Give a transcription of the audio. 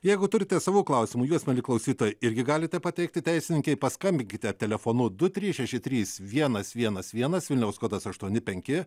jeigu turite savo klausimų juos mieli klausytojai irgi galite pateikti teisininkei paskambinkite telefonu du trys šeši trys vienas vienas vienas vilniaus kodas aštuoni penki